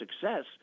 success